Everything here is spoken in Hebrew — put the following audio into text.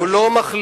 הוא לא מחליף.